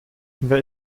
wer